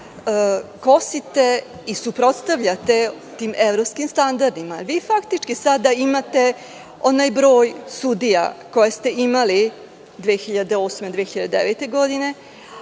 kosite i suprotstavljate tim evropskim standardima. Vi faktički sada imate onaj broj sudija koje ste imali 2008, 2009. godine,